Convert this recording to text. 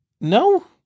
No